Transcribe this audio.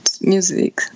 music